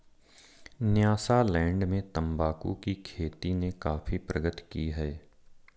Nyasaland में तंबाकू की खेती ने काफी प्रगति की है